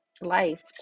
life